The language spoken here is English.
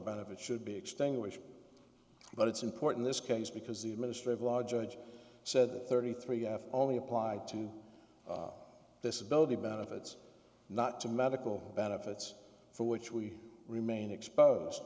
about it should be extinguished but it's important this case because the administrative law judge said thirty three only applied to disability benefits not to medical benefits for which we remain expose